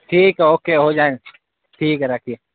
ٹھیک ہے اوکے ہو جائے گا ٹھیک ہے رکھیے